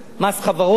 מס חברות,